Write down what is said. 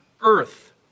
earth